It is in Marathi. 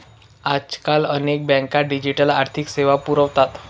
आजकाल अनेक बँका डिजिटल आर्थिक सेवा पुरवतात